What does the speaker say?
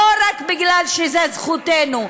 לא רק כי זו זכותנו,